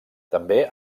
també